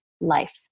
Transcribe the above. life